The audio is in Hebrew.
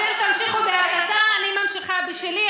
אתם תמשיכו בהסתה, אני ממשיכה בשלי.